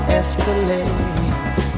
escalate